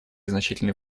значительный